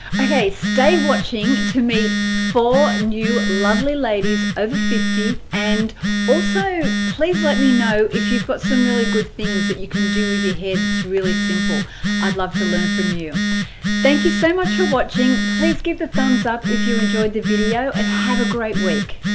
okay stay watching to meet four new lovely ladies over fifty and also please let me know if you've got some really good things that you can do with your head it's really simple i'd love to learn from you thank you so much for watching please give a thumbs up if you enjoyed the video and have a great week